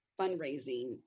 fundraising